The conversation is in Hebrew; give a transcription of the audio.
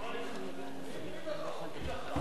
מי דחה?